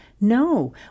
no